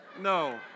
no